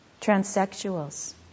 transsexuals